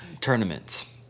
tournaments